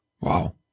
Wow